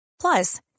Plus